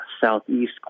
southeast